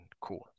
cool